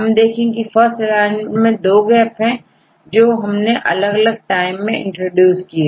हम देखें की फर्स्ट एलाइनमेंट में दो गैप हैं जो हमने अलग अलग टाइम में इंट्रोड्यूस किए